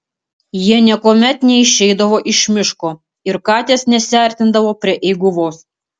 jie niekuomet neišeidavo iš miško ir katės nesiartindavo prie eiguvos